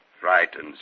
frightens